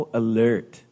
alert